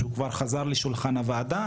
שהוא כבר חזר לשולחן הוועדה.